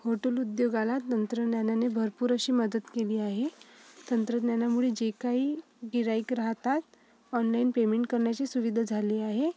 hotel उद्योगाला तंत्रज्ञानाने भरपूर अशी मदत केली आहे तंत्रज्ञानामुळे जे काही गिऱ्हाईक राहतात ऑनलाइन पेमेंट करण्याची सुविधा झाली आहे